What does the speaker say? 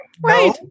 Right